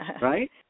right